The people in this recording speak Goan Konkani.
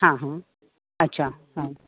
हां हां अच्छा हां